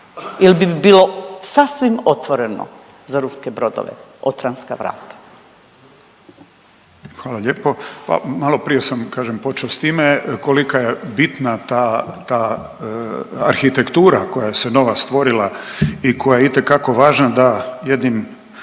il bi bilo sasvim otvoreno za ruske brodove Otrantska vrata? **Cappelli, Gari (HDZ)** Hvala lijepo. Pa maloprije sam kažem počeo s time koliko je bitna ta, ta arhitektura koja se nova stvorila i koja je itekako važna da jednim